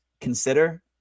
consider